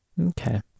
okay